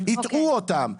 הטעו אותם,